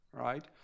right